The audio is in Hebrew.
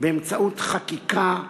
באמצעות חקיקה,